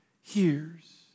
hears